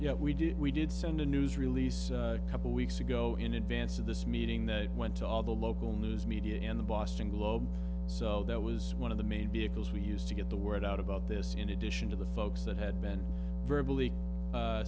yeah we did we did send a news release a couple weeks ago in advance of this meeting that went to all the local news media and the boston globe cell that was one of the main vehicles we use to get the word out about this in addition to the folks that had been